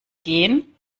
gehen